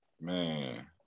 man